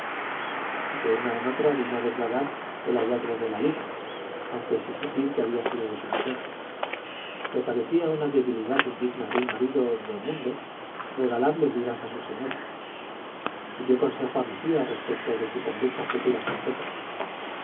de una en otra vino a declarar el hallazgo de la liga aunque sin decir que había sido de su mujer le parecía una debilidad indigna de un marido de mundo regalarle ligas a su señora pidió consejo a mesía respecto de su conducta futura con petra